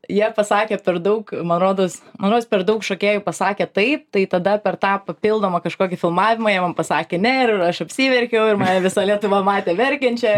jie pasakė per daug man rodos man rodos per daug šokėjų pasakė taip tai tada per tą papildomą kažkokį filmavimą jie man pasakė ne ir aš apsiverkiau ir mane visa lietuva matė verkiančią